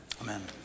Amen